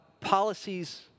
policies